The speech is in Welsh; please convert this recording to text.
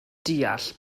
deall